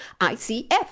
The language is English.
ICF